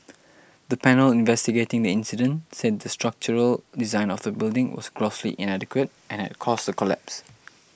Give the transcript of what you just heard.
the panel investigating the incident said the structural design of the building was grossly inadequate and had caused the collapse